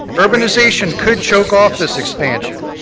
urbanization could choke off this expansion.